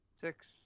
six